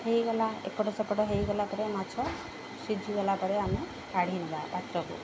ହେଇଗଲା ଏକପଟ ସେପଟ ହେଇଗଲା ପରେ ମାଛ ସିଝିଗଲା ପରେ ଆମେ କାଢ଼ି ନବା ବାତକୁ